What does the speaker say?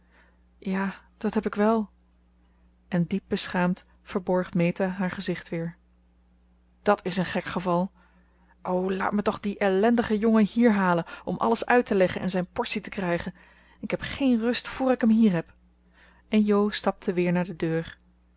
ja dat heb ik wel en diep beschaamd verborg meta haar gezicht weer dat is een gek geval o laat me toch dien ellendigen jongen hier halen om alles uit te leggen en zijn portie te krijgen ik heb geen rust voor ik hem hier heb en jo stapte weer naar de deur